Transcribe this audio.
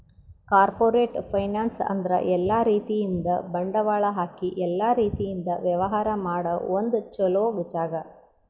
corporate finance ಅಂದ್ರ ಎಲ್ಲಾ ರೀತಿಯಿಂದ್ ಬಂಡವಾಳ್ ಹಾಕಿ ಎಲ್ಲಾ ರೀತಿಯಿಂದ್ ವ್ಯವಹಾರ್ ಮಾಡ ಒಂದ್ ಚೊಲೋ ಜಾಗ